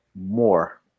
more